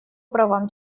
правам